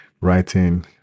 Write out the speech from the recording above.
writing